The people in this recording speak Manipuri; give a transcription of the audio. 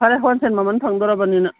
ꯐꯔꯦ ꯍꯣꯜꯁꯦꯜ ꯃꯃꯟꯗ ꯐꯪꯗꯣꯔꯤꯕꯅꯤꯅ